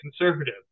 conservative